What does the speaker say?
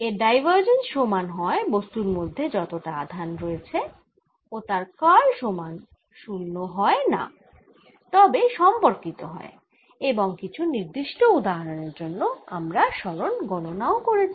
এর ডাইভারজেন্স সমান হয় বস্তুর মধ্যে যতটা আধান রয়েছে ও তার কার্ল সমান 0 হয় না তবে সম্পর্কিত হয় এবং কিছু নির্দিষ্ট উদাহরণের জন্য আমরা সরণ গণনা ও করেছি